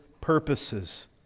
purposes